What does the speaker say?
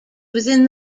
within